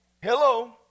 Hello